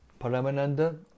Paramananda